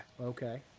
Okay